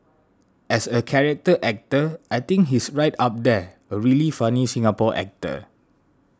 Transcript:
as a character actor I think he's right up there a really funny Singapore actor